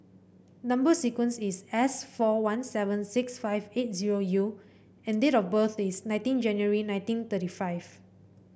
number sequence is S four one seven six five eight zero U and date of birth is nineteen January nineteen thirty five